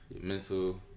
mental